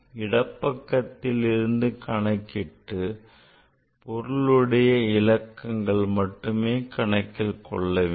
இடப்பக்கத்தில் இருந்து கணக்கிட்டு பொருளுடைய இலக்கங்களை மட்டுமே கணக்கில் கொள்ள வேண்டும்